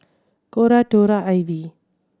Cora Tory Ivy